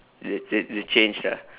the the the change lah